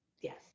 yes